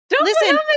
Listen